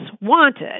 wanted